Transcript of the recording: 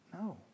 No